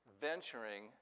venturing